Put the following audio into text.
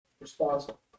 responsible